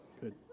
Good